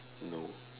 no